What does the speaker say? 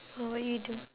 then what you do